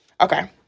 Okay